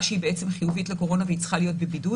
שהיא בעצם חיובית לקורונה והיא צריכה להיות בבידוד.